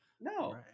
No